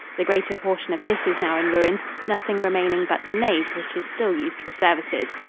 the greater portion of this is now in ruins, nothing remaining but the nave, which is still used for services.